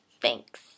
Thanks